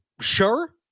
sure